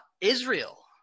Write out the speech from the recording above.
Israel